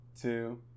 two